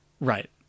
right